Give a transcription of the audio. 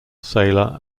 sailor